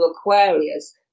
Aquarius